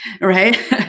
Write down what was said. right